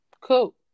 Cool